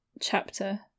chapter